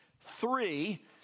three